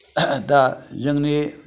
दा जोंनि